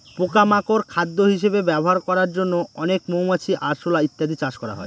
পোকা মাকড় খাদ্য হিসেবে ব্যবহার করার জন্য অনেক মৌমাছি, আরশোলা ইত্যাদি চাষ করা হয়